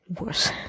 worse